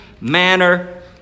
manner